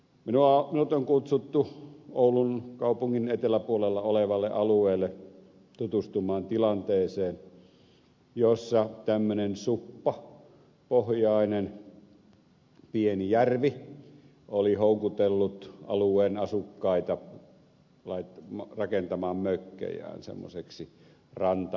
minut on kutsuttu oulun kaupungin eteläpuolella olevalle alueelle tutustumaan tilanteeseen jossa tämmöinen suppapohjainen pieni järvi oli houkutellut alueen asukkaita rakentamaan mökkejään semmoiseksi ranta asutukseksi siihen ympärille